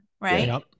Right